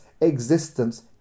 existence